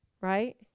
right